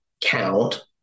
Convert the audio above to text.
count